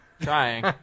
Trying